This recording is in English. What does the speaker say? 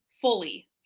fully